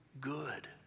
good